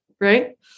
Right